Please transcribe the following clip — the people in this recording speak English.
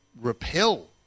repel